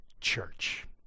church